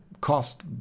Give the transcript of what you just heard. cost